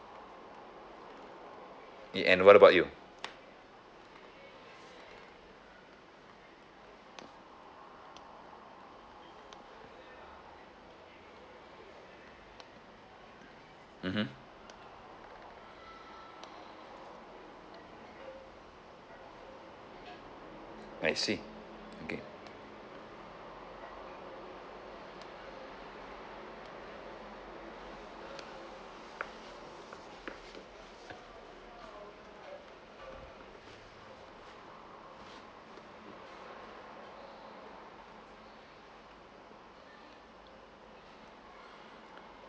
it and what about you mmhmm I see okay